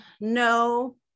No